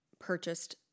purchased